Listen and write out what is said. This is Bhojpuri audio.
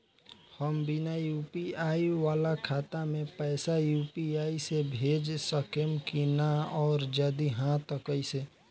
हम बिना यू.पी.आई वाला खाता मे पैसा यू.पी.आई से भेज सकेम की ना और जदि हाँ त कईसे?